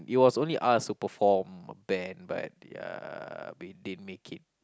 it was only us who perform a band but ya we didn't make it